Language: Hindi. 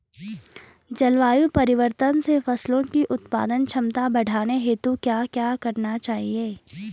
जलवायु परिवर्तन से फसलों की उत्पादन क्षमता बढ़ाने हेतु क्या क्या करना चाहिए?